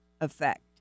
effect